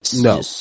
no